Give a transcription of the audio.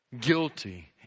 Guilty